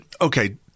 Okay